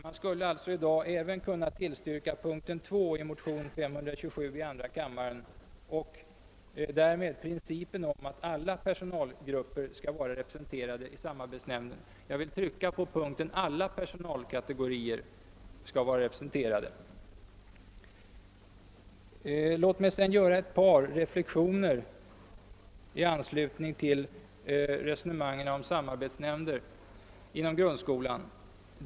Man skulle alltså i dag även kunna tillstyrka punkt 2 i motion 527 i andra kammaren och därmed principen om att alla personalgrupper skall vara representerade i samarbetsnämnden — jag vill trycka på att det gäller alla personalkategorier. Låt mig sedan göra ett par reflexioner i anslutning till resonemangen om samarbetsnämnder inom grundskolan!